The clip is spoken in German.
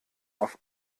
auf